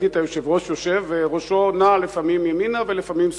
ראיתי את היושב-ראש יושב וראשו נע לפעמים ימינה ולפעמים שמאלה,